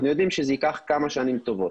אנחנו יודעים שזה ייקח כמה שנים טובות.